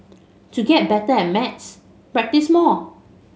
to get better at maths practise more